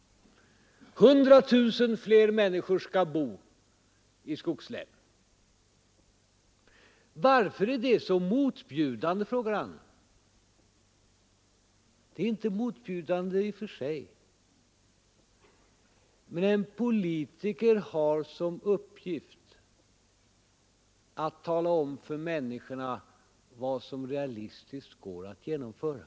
Det skall bo 100 000 fler människor i skogslänen. Varför är det så motbjudande? frågade herr Fälldin. Det är inte motbjudande i och för sig. Men en politiker har som uppgift att tala om för människorna vad som realistiskt går att genomföra.